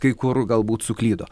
kai kur galbūt suklydo